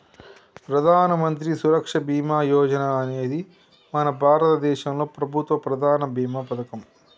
ప్రధానమంత్రి సురక్ష బీమా యోజన అనేది మన భారతదేశంలో ప్రభుత్వ ప్రధాన భీమా పథకం